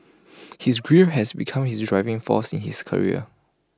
his grief has become his driving force in his career